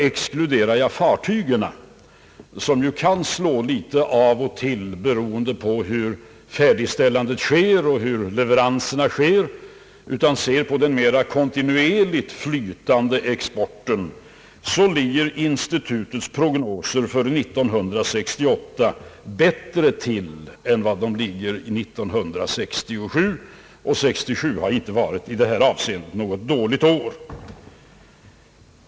Exkluderar jag fartygsbyggandet — som ju kan variera litet av och till beroende på färdigställandet och leveranserna — och ser på den mera kontinuerligt flytande exporten, så finner jag att institutets prognoser för 1968 ligger bättre till än för 1967; och 1967 har inte heller varit något dåligt år i detta avseende.